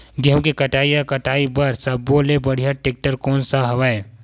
गेहूं के कटाई या कटाई बर सब्बो ले बढ़िया टेक्टर कोन सा हवय?